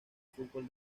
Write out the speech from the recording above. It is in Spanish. fútbol